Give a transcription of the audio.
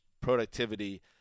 productivity